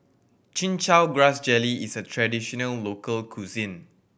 Chin Chow Grass Jelly is a traditional local cuisine